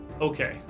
Okay